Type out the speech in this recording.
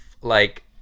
like-